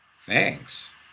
Thanks